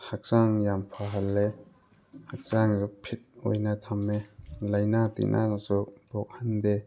ꯍꯛꯆꯥꯡ ꯌꯥꯝ ꯐꯍꯜꯂꯦ ꯍꯛꯆꯥꯡꯁꯨ ꯐꯤꯠ ꯑꯣꯏꯅ ꯊꯝꯃꯦ ꯂꯥꯏꯅꯥ ꯇꯤꯟꯅꯥꯒꯁꯨ ꯄꯣꯛꯍꯟꯗꯦ